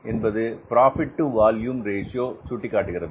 என்பது profit to volume ratio சுட்டிக்காட்டுகிறது